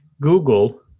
Google